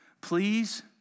Please